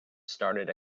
started